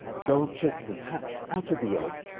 gull chick has hatched out of the egg,